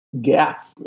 gap